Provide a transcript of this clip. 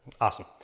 Awesome